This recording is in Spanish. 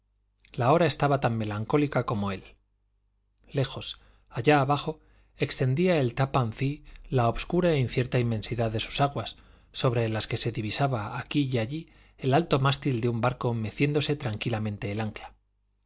la hora estaba tan melancólica como él lejos allá abajo extendía el tappan zee la obscura e incierta inmensidad de sus aguas sobre las que se divisaba aquí y allí el alto mástil de un barco meciéndose tranquilamente al ancla